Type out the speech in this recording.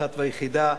האחת והיחידה,